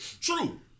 True